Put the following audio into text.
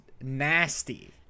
nasty